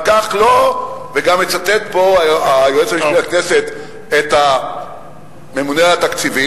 וגם היועץ המשפטי לכנסת מצטט פה את הממונה על התקציב,